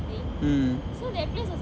mm